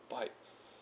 bike